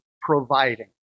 providing